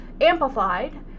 amplified